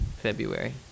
February